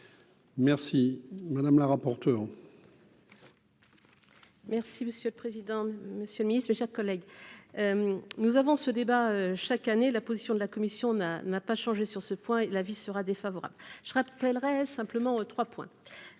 Merci madame la rapporteure. Merci monsieur le président, Monsieur le Ministre, mes chers collègues, nous avons ce débat chaque année, la position de la commission n'a, n'a pas changé sur ce point l'avis sera défavorable, je rappellerai simplement 3 points